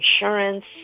insurance